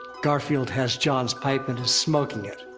garfield has jon's pipe, and is smoking it.